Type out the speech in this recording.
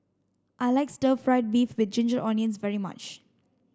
I like stir fried beef with ginger onions very much